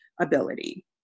ability